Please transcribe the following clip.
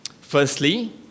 Firstly